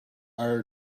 are